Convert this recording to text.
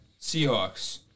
Seahawks